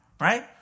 Right